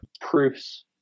proofs